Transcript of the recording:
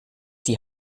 die